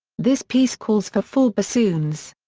this piece calls for four bassoons.